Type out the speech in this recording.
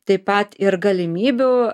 taip pat ir galimybių